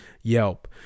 Yelp